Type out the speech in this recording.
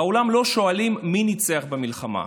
בעולם לא שואלים מי ניצח במלחמה.